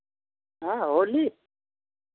हाँ होली